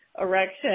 erection